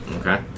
Okay